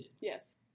Yes